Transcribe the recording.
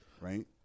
right